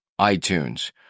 iTunes